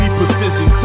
precision